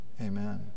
Amen